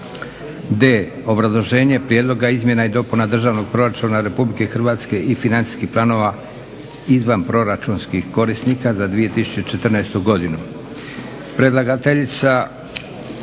D) Obrazloženje prijedloga izmjena i dopuna Državnog proračuna Republike Hrvatske i financijskih planova izvanproračunskih korisnika za 2014. godinu;